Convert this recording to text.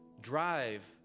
drive